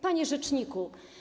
Panie Rzeczniku!